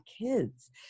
kids